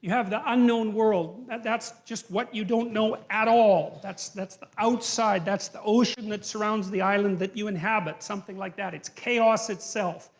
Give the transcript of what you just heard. you have the unknown world. that's just what you don't know at all. that's that's the outside, that's the ocean that surrounds the island that you inhabit. something like that, it's chaos itself.